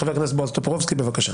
חבר הכנסת בועז טופורובסקי, בבקשה.